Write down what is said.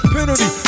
Penalty